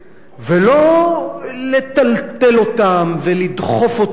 ולא לטלטל אותם, לדחוף אותם,